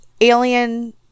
Alien